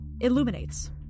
illuminates